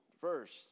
first